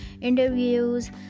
interviews